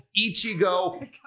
Ichigo